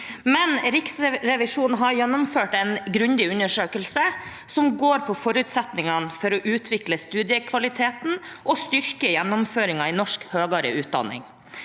Riksrevisjonen har gjennomført en grundig undersøkelse som gjelder forutsetningene for å utvikle studiekvaliteten og styrke gjennomføringen i norsk høyere utdanning.